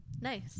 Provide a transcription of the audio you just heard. nice